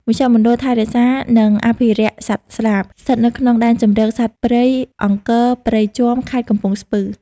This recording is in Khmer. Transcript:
មជ្ឈមណ្ឌលថែរក្សា និងអភិរក្សសត្វស្លាប ស្ថិតនៅក្នុងដែនជម្រកសត្វព្រៃអង្គរព្រៃជាំ ខេត្តកំពង់ស្ពឺ។